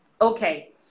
Okay